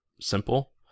simple